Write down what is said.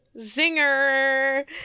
Zinger